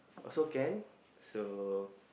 also can so